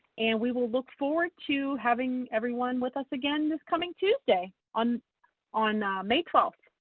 and we will look forward to having everyone with us again this coming tuesday on on may twelfth.